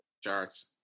charts